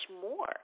more